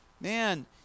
Man